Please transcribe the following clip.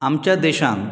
आमच्या देशांत